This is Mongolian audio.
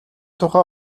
тухай